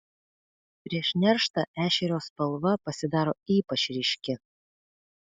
prieš nerštą ešerio spalva pasidaro ypač ryški